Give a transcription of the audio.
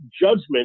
judgment